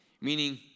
meaning